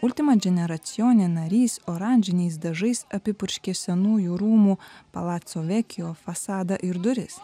ultimadžineracijone narys oranžiniais dažais apipurškė senųjų rūmų palacovekijo fasadą ir duris